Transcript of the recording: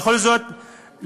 בכל זאת,